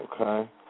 Okay